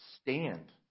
stand